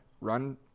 run